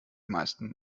meisten